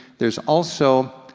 there's also